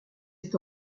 est